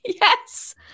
Yes